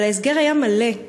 אבל ההסגר היה מלא,